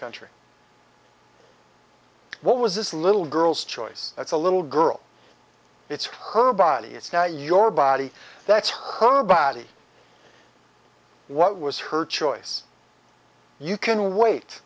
country what was this little girl's choice it's a little girl it's her body it's now your body that's her body what was her choice you can wait